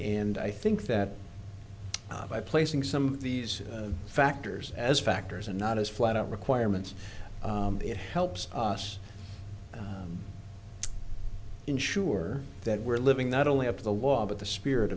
and i think that by placing some of these factors as factors and not as flat out requirements it helps us ensure that we're living not only up to the law but the spirit